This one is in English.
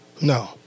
no